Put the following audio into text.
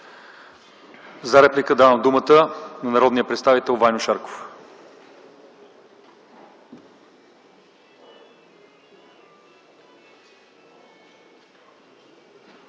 За реплика давам думата на народния представител Ваньо Шарков.